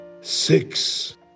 six